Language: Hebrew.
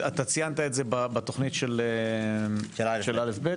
ציינת את זה בתוכנית של א' ב',